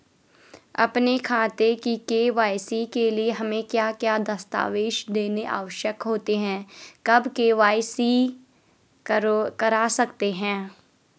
अपने खाते की के.वाई.सी के लिए हमें क्या क्या दस्तावेज़ देने आवश्यक होते हैं कब के.वाई.सी करा सकते हैं?